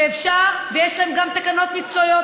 ויש להם גם תקנות מקצועיות.